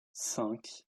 cinq